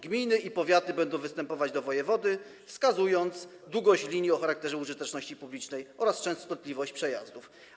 Gminy i powiaty będą występować do wojewody, wskazując długość linii o charakterze użyteczności publicznej oraz częstotliwość przejazdów.